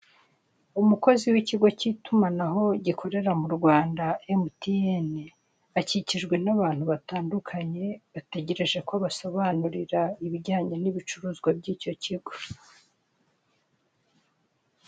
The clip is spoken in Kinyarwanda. Umukozi w'ikigo cy'itumanaho gikorera mu Rwanda, emutiyene; akikijwe n'abantu batandukanye, bategereje ko abasobanurira ibijyanye n'ibicuruzwa by'icyo kigo.